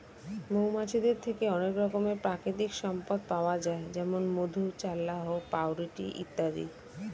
মৌমাছিদের থেকে অনেক রকমের প্রাকৃতিক সম্পদ পাওয়া যায় যেমন মধু, চাল্লাহ্ পাউরুটি ইত্যাদি